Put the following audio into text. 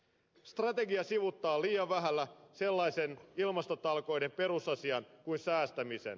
strategia sivuuttaa liian vähällä sellaisen ilmastotalkoiden perusasian kuin säästämisen